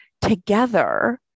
together